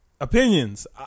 opinions